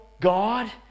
God